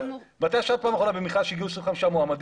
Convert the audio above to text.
מתי ישבת לאחרונה במכרז שהגיעו 25 מועמדים?